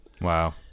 Wow